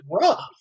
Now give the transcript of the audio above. rough